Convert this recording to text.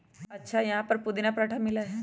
अच्छा यहाँ पर पुदीना पराठा मिला हई?